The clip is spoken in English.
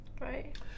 Right